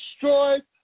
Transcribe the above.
destroyed